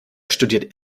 studiert